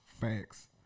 Facts